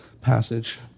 passage